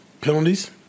penalties